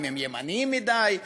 האם הם ימניים מדי,